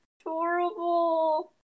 adorable